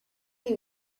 you